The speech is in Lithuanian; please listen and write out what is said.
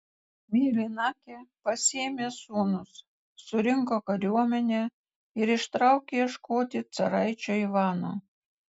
mėlynakė pasiėmė sūnus surinko kariuomenę ir ištraukė ieškoti caraičio ivano